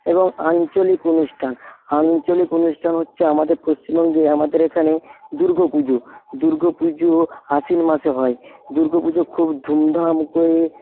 এবং আঞ্চলিক অনুষ্ঠান আঞ্চলিক অনুষ্ঠান হচ্ছে আমাদের পশ্চিমবঙ্গে আমাদের এখানে দুর্গাপুজো দুর্গাপুজো আশ্বিন মাসে হয় দুর্গাপুজো ধুমধাম করে